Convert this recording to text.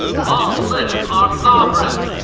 long live our sovereign!